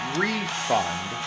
refund